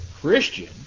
Christian